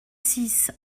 six